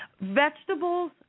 Vegetables